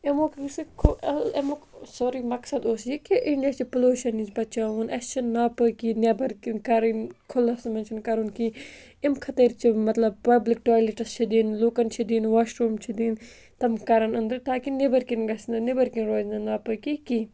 اَمیُک یُس یہِ اَمیُک سورُے مقصد اوس یہِ کہِ اِنڈیا چھِ پُلوشَن نِش بَچاوُن اَسہِ چھِ نہٕ ناپٲکی نیٚبَر کِنۍ کَرٕنۍ کھُلَس منٛز چھِ نہٕ کَرُن کینٛہہ اَمہِ خٲطرٕ چھِ مطلب پَبلِک ٹولیٹٕس چھِ دِنۍ لُکَن چھِ دِنۍ واشروٗم چھِ دِنۍ تِم کَرَن اَندَر تاکہِ نیٚبَر کِن گژھِ نہٕ نیٚبَر کِنۍ روزِ نہٕ ناپٲکی کینٛہہ